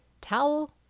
towel